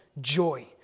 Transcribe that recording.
joy